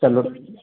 चलो